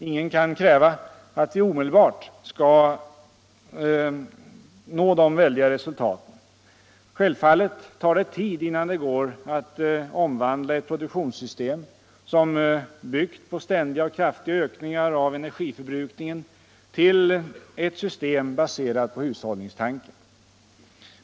Ingen kan kräva att vi omedelbart skall nå väldiga resultat. Självfallet tar det tid innan det går att'omvandla ett produktionssystem som är byggt på ständiga och kraftiga ökningar av energiförbrukningen till ett system baserat på hushållningstanken.